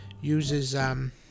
uses